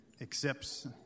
accepts